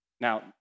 Now